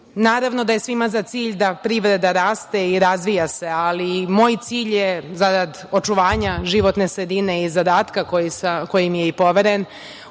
Naravno da je svima za cilj da privreda raste i razvija se, ali moj cilj je, zarad očuvanja životne sredine i zadatka koji mi je poveren,